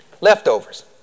Leftovers